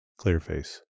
clearface